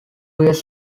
years